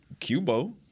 Cubo